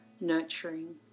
nurturing